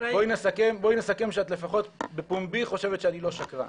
בואי נסכם שאת לפחות בפומבי חושבת שאני לא שקרן.